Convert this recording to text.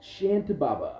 shantababa